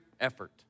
effort